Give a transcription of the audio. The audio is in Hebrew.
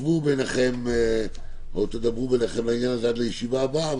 שתדברו ביניכם על העניין הזה עד הישיבה הבאה,